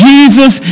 Jesus